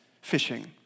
fishing